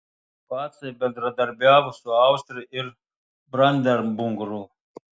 pacai bendradarbiavo su austrija ir brandenburgu